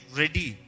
ready